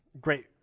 great